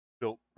built